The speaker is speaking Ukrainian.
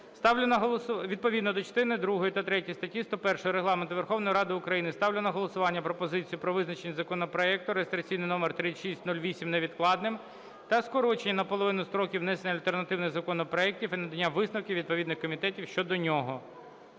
другої та третьої статті 101 Регламенту Верховної Ради України ставлю на голосування пропозицію про визначення законопроекту (реєстраційний номер 3608) невідкладним та скорочення наполовину строків внесення альтернативних законопроектів і надання висновків відповідних комітетів щодо нього.